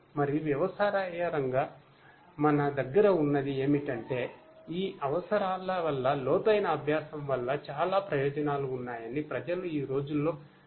మరియు పర్యవసానంగా మన దగ్గర ఉన్నది ఏమిటంటే ఈ అవసరాల వల్ల లోతైన అభ్యాసం వల్ల చాలా ప్రయోజనాలు ఉన్నాయని ప్రజలు ఈ రోజుల్లో గ్రహించారు